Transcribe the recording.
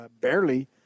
barely